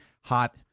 hot